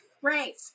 great